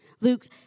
Luke